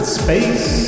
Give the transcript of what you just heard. space